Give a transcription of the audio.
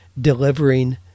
delivering